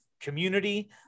community